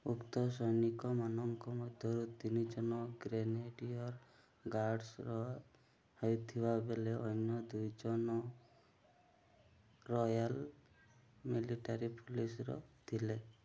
ଉକ୍ତ ସୈନିକମାନଙ୍କ ମଧ୍ୟରୁ ତିନି ଜନ ଗ୍ରେନେଡ଼ିୟର୍ ଗାର୍ଡ଼୍ସ୍ର ହେଇଥିବାବେଳେ ଅନ୍ୟ ଦୁଇଜଣ ରୟାଲ୍ ମିଲିଟାରୀ ପୋଲିସ୍ରେ ଥିଲେ